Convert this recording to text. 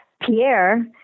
Pierre